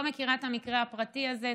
אני לא מכירה את המקרה הפרטי הזה.